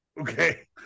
okay